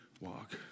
walk